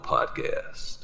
Podcast